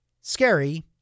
scary